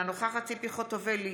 אינה נוכחת ציפי חוטובלי,